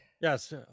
Yes